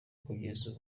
kugeza